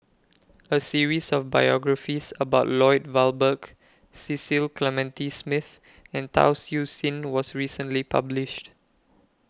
A series of biographies about Lloyd Valberg Cecil Clementi Smith and Tan Siew Sin was recently published